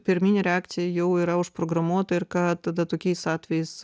pirminė reakcija jau yra užprogramuota ir ką tada tokiais atvejais